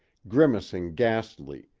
grimacing ghastly,